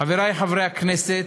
חברי חברי הכנסת,